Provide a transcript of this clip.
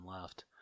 left